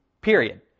period